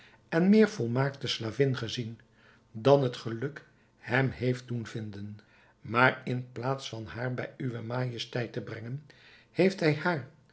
en meer volmaakte slavin gezien dan het geluk hem heeft doen vinden maar in plaats van haar bij uwe majesteit te brengen heeft hij haar